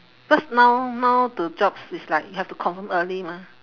cause now now the jobs it's like you have to confirm early mah